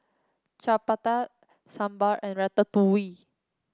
Chapati Sambar and Ratatouille